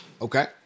Okay